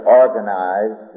organize